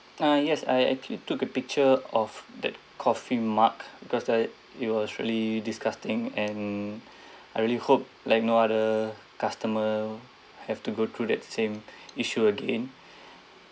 ah yes I actually took a picture of the coffee mug because like it was really disgusting and I really hope like no other customer have to go through that same issue again